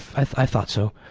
i thought so.